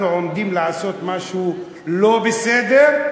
אנחנו עומדים לעשות משהו לא בסדר,